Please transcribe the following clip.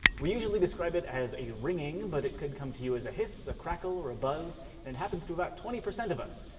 we usually describe it as a ringing, but it could come to you as a hiss, a crackle, or a buzz and happens to that twenty percent of us,